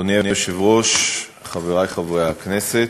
אדוני היושב-ראש, חברי חברי הכנסת,